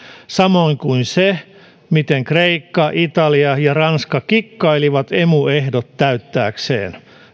samoin kuin se miten kreikka italia ja ranska kikkailivat emu ehdot täyttääkseen